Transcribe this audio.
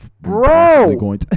Bro